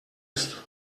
ist